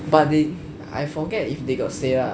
but they I forget if they got say lah